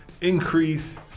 increase